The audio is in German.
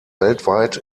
weltweit